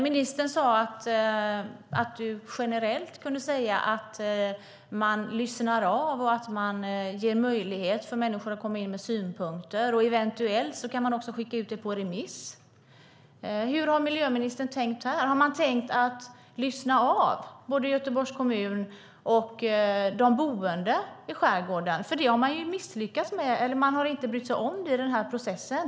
Ministern sade att hon generellt kunde säga att man lyssnar av och ger möjlighet för människor att komma in med synpunkter och att man också eventuellt kan skicka ut frågan på remiss. Hur har miljöministern tänkt här? Har man tänkt att lyssna av både Göteborgs kommun och de boende i skärgården? Det har man ju inte brytt sig om tidigare i processen.